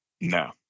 No